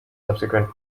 subsequent